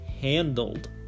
handled